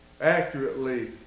accurately